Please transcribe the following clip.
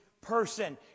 person